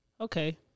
Okay